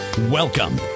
Welcome